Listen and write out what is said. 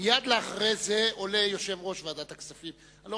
מייד אחרי זה עולה יושב-ראש ועדת הכנסת.